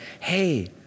hey